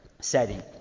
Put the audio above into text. setting